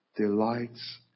delights